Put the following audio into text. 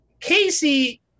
Casey